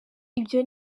ibyo